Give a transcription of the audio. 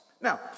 Now